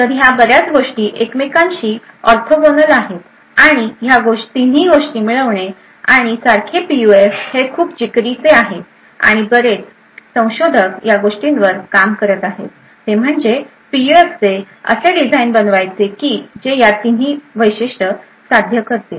तर ह्या बऱ्याच गोष्टी एकमेकांशी ऑर्थोगोनल आहेत आणि ह्या तिन्ही गोष्टी मिळवणे आणि सारखे पीयूएफ हे खूप जिकरीचे आहे आणि बरेच संशोधक या गोष्टींवर काम करत आहे ते म्हणजे पीयूएफचे असे डिझाईन बनवायचे की जे या तिन्ही वैशिष्ट साध्य करेल